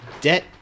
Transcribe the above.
debt